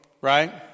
right